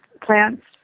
plants